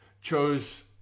chose